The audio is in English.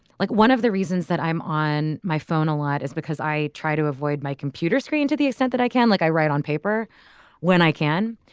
like one of the reasons that i'm on my phone a lot is because i try to avoid my computer screen to the extent that i can like i write on paper when i can.